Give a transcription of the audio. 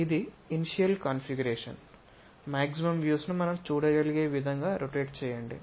ఇది initial configuration maximum views ను మనం చూడగలిగే విధంగా రొటేట్ చేయండి